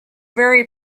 very